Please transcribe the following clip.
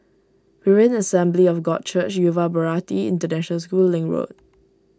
Berean Assembly of God Church Yuva Bharati International School Link Road